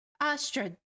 Astra